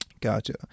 Gotcha